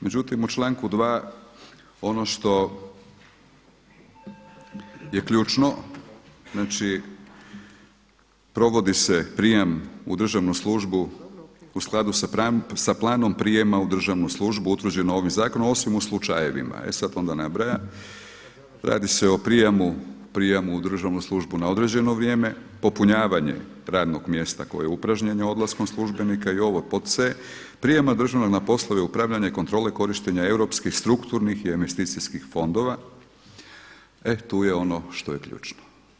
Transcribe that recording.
Međutim u članku 2. ono što je ključno znači provodi se prijem u državnu službu u skladu sa planom prijama u državnu službu utvrđeno ovim zakonom osim u slučajevima, e sada onda nabraja radi se o prijemu u državnu službu na određeno vrijeme, popunjavanje radnog mjesta koje je upražnjeno odlaskom službenika i ovo pod c prijema … na poslove upravljanja kontrole korištenja europskih strukturnih i investicijskih fondova, e tu je ono što je ključno.